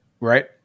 Right